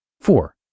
Four